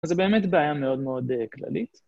אז זו באמת בעיה מאוד מאוד כללית.